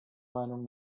meinung